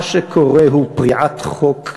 מה שקורה הוא פריעת חוק,